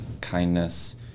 kindness